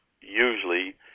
usually